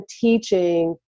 teaching